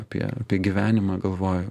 apie gyvenimą galvoju